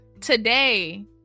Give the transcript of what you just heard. today